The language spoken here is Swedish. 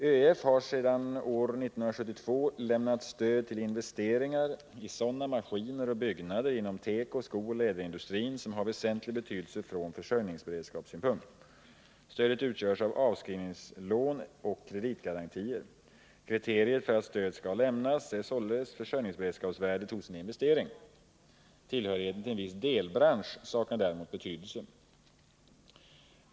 ÖEF har sedan år 1972 lämnat stöd till investeringar i sådana maskiner och byggnader inom teko-, skooch läderindustrin som har väsentlig betydelse från försörjningsberedskapssynpunkt. Stödet utgörs av avskrivningslån och kreditgarantier. Kriteriet för att stöd skall lämnas är således försörjningsberedskapsvärdet hos en investering. Tillhörigheten till viss delbransch saknar däremot betydelse.